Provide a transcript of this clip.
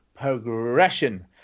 progression